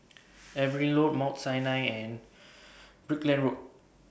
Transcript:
Evelyn Road Mount Sinai and Brickland Road